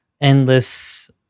endless